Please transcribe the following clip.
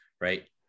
right